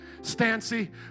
Stancy